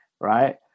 right